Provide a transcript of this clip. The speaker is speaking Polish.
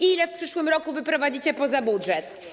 Ile w przyszłym roku wyprowadzicie poza budżet?